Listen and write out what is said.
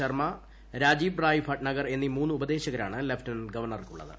ശർമ്മ രാജീവ് റായ് ഭട്നഗർ എന്നീ മൂന്ന് ഉപദേശകരാണ് ലെഫ്റ്റനന്റ് ഗവർണർക്കുള്ളത്